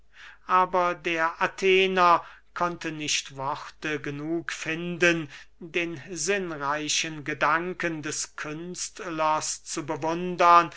aber der athener konnte nicht worte genug finden den sinnreichen gedanken des künstlers zu